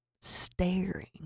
staring